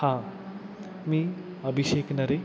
हां मी अभिषेक नरे